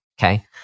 Okay